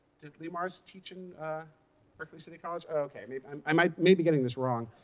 did lee marrs teach in berkeley city college ok, i mean um um i may be getting this wrong.